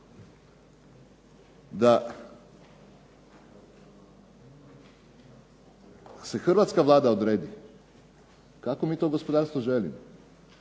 da se hrvatska Vlada odredi kakve mi to gospodarstvo želimo,